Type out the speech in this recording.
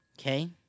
Okay